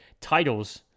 titles